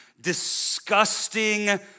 disgusting